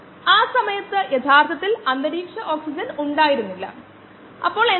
ഇതാണ് സ്ഥിതി ടാങ്കിലെ ജലത്തിന്റെ മാസ്സ് എന്താണ്